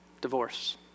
divorce